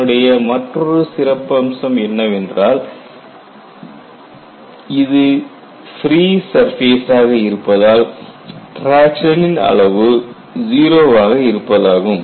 இதனுடைய மற்றொரு அம்சம் என்னவென்றால் இது ஃபிரீ சர்ஃபேசாக இருப்பதால் டிராக்க்ஷனின் அளவு 0 வாக இருப்பதாகும்